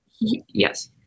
Yes